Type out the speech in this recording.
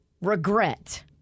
regret